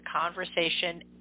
conversation